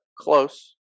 close